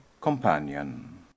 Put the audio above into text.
companion